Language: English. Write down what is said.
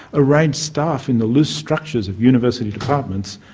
arrange staff in the loose structures of university departments,